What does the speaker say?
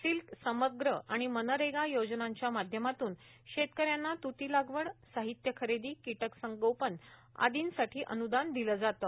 silk समग्र आणि मनरेगा योजनांच्या माध्यमातून शेतकऱ्यांना तुती लागवडऱ साहित्य खरेदीऱ किटक संगोपनासाठी अनुदान दिले जाते